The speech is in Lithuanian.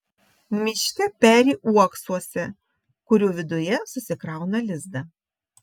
miške peri uoksuose kurių viduje susikrauna lizdą